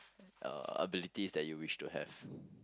uh abilities that you wish to have